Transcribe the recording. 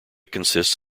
consists